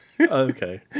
Okay